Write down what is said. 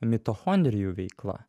mitochondrijų veikla